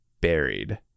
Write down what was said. buried